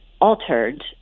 altered